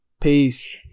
Peace